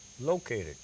located